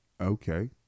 Okay